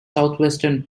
southwestern